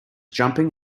jumping